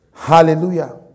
Hallelujah